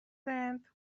then